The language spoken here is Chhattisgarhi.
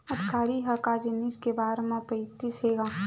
अधिकारी ह का जिनिस के बार म बतईस हे गा?